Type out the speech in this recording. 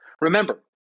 remember